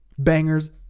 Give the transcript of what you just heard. Bangers